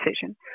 decision